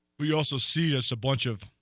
but you also see us a bunch of